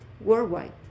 worldwide